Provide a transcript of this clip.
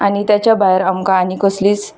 आनी ताच्या भायर आमकां आनी कसलीच